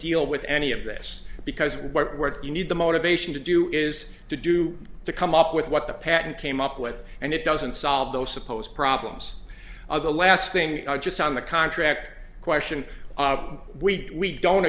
deal with any of this because what you need the motivation to do is to do to come up with what the patent came up with and it doesn't solve those supposed problems of the last thing just on the contract question we don't